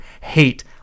hate